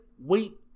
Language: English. wait